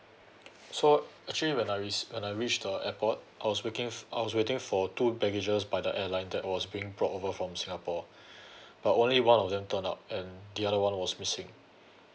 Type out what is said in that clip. so actually when I res~ when I reached the airport I was looking I was waiting for two baggages by the airline that was being brought over from singapore but only one of them turned up and the other one was missing